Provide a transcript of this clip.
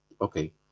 okay